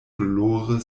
dolore